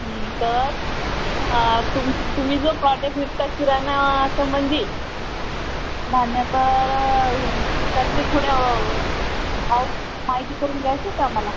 तर तुम तुम्ही जो प्रॉडक विकता किराणा संबंधी धान्याचं तर त्यातली थोडं भाव माहिती करून घ्यायचा होतं आम्हाला